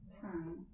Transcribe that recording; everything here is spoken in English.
time